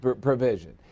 provision